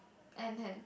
and hand